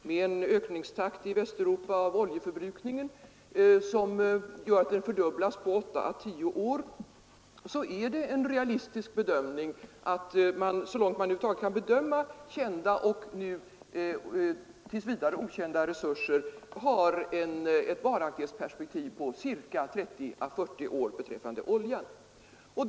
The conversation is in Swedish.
Med en ökningstakt i Västeuropa av oljeförbrukningen som gör att den fördubblas på 8 å 10 år är det en realistisk bedömning att man — så långt man över huvud taget kan bedöma kända och tills vidare okända resurser — har ett varaktighetsperspektiv på ca 30 å 40 år beträffande oljan. Fru talman!